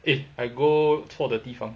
eh I go 错的地方